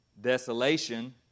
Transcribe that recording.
desolation